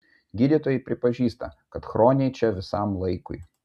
gydytojai pripažįsta kad chroniai čia visam laikui